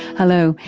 hello,